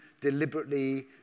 deliberately